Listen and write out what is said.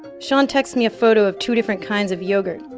sean texts me a photo of two different kinds of yogurt.